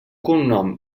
cognom